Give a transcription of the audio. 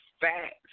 facts